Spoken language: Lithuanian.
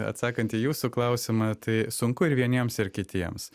atsakant į jūsų klausimą tai sunku ir vieniems ir kitiems